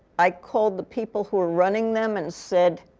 i called the people who are running them and said,